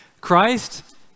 Christ